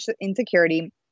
insecurity